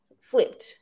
flipped